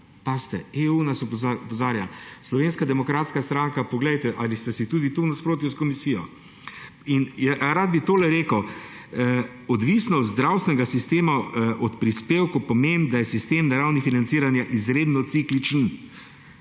Pazite, EU nas opozarja. Slovenska demokratska stranka, ali ste si tudi tukaj v nasprotju s Komisijo? In rad bi tole rekel, odvisnost zdravstvenega sistema od prispevkov pomeni, da je sistem na ravni financiranja izredno cikličen.